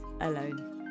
Alone